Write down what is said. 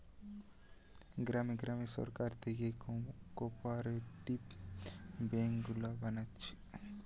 গ্রামে গ্রামে সরকার থিকে কোপরেটিভ বেঙ্ক গুলা বানাচ্ছে